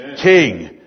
King